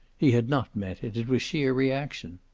he had not meant it. it was sheer reaction.